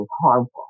harmful